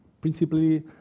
principally